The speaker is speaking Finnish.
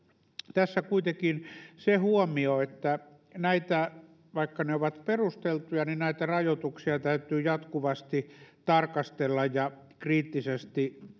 tässä kuitenkin se huomio että vaikka ne ovat perusteltuja niin näitä rajoituksia täytyy jatkuvasti tarkastella ja on kriittisesti